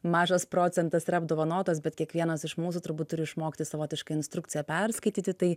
mažas procentas yra apdovanotas bet kiekvienas iš mūsų turbūt turi išmokti savotišką instrukciją perskaityti tai